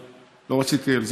אבל לא על זה רציתי לדבר,